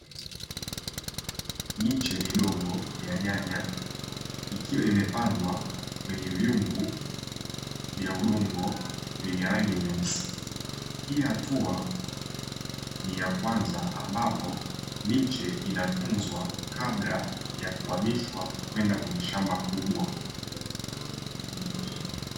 Miche midogo ya nyanya ikiwa imepandwa kwenye vyungu vya udongo; vyenye rangi nyeusi. Hii hatua ni ya kwanza ambapo miche inatunzwa kabla ya kuhamishwa kwenda kwenye shamba kubwa.